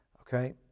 okay